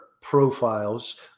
profiles